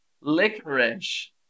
licorice